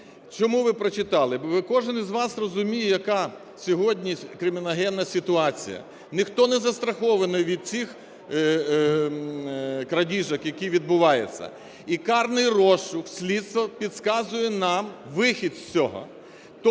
Чому ви прочитали? Бо кожен із вас розуміє, яка сьогодні криміногенна ситуація, ніхто не застрахований від цих крадіжок, які відбуваються. І карний розшук, слідство, підказують нам вихід з цього,